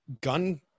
gun